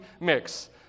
mix